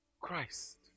Christ